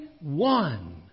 One